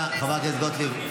תודה, חברת הכנסת גוטליב.